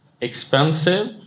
expensive